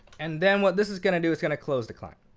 and then what this is going to do, it's going to close the client.